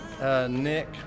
Nick